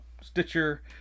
Stitcher